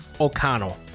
o'connell